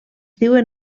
diuen